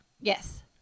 yes